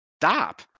stop